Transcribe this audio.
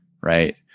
right